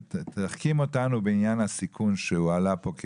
תחכים אותנו בעניין הסיכון שהועלה פה.